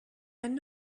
end